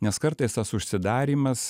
nes kartais tas užsidarymas